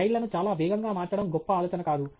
స్లైడ్లను చాలా వేగంగా మార్చడం గొప్ప ఆలోచన కాదు